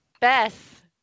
Beth